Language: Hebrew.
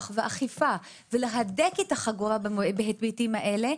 ואכיפה ולהדק את החגורה בהיבטים האלה,